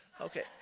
Okay